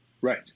Right